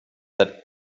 that